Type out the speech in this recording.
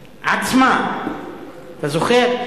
עצמה, אתה זוכר?